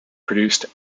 produced